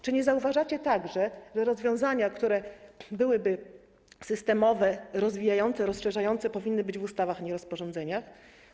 Czy nie zauważacie także, że rozwiązania, które byłyby systemowe, rozwijające, rozszerzające, powinny być w ustawach, a nie w rozporządzeniach?